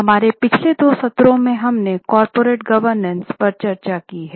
हमारे पिछले दो सत्रों में हमने कॉर्पोरेट गवर्नेंस पर चर्चा की है